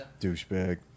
Douchebag